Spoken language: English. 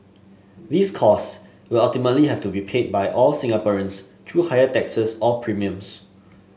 these cost will ultimately have to be paid for by all Singaporeans through higher taxes or premiums